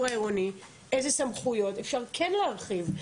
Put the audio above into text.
העירוני אילו סמכויות אפשר כן להרחיב.